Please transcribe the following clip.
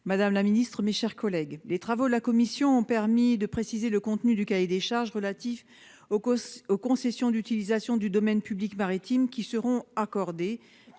Mme Angèle Préville. Les travaux de la commission ont permis de préciser le contenu du cahier des charges relatif aux concessions d'utilisation du domaine public maritime qui seront accordées